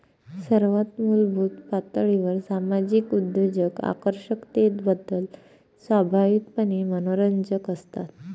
सर्वात मूलभूत पातळीवर सामाजिक उद्योजक आकर्षकतेबद्दल स्वाभाविकपणे मनोरंजक असतात